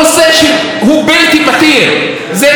זה נושא שאפשר לפתור אותו.